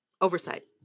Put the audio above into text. oversight